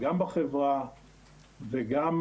גם בחברה,